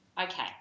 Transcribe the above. Okay